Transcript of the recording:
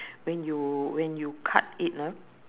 when you when you cut it ah